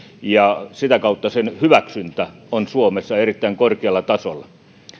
ja sitä kautta sen hyväksyntä on suomessa erittäin korkealla tasolla